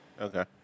Okay